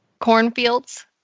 cornfields